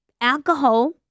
Alcohol